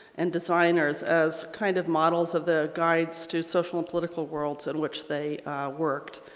and designers as kind of models of the guides to social and political worlds in which they worked.